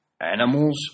animals